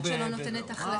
אבל,